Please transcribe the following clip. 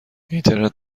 اینترنت